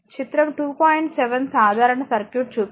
7 సాధారణ సర్క్యూట్ చూపిస్తుంది